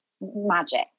magic